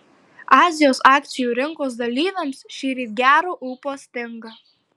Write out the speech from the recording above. azijos akcijų rinkos dalyviams šįryt gero ūpo stinga